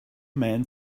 man